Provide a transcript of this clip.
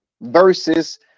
versus